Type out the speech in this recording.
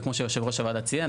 וכמו שיושב ראש הוועדה ציין,